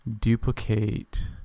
duplicate